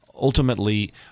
ultimately